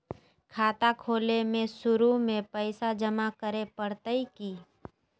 खाता खोले में शुरू में पैसो जमा करे पड़तई की?